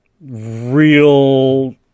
Real